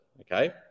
okay